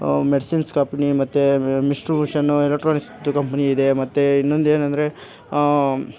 medicines company ಮತ್ತೆ ಮಿಶ್ಟ್ರುಬುಷನ್ನು ಎಲೆಕ್ಟ್ರಾನಿಕ್ಸ್ದು ಕಂಪ್ನಿ ಇದೆ ಮತ್ತು ಇನ್ನೊಂದೇನೆಂದ್ರೆ